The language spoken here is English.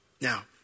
Now